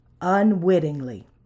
unwittingly